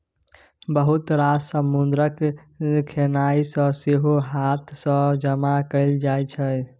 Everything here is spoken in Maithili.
बहुत रास समुद्रक खेनाइ केँ सेहो हाथ सँ जमा कएल जाइ छै